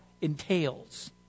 entails